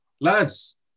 Lads